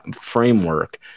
framework